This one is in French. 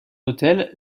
hôtel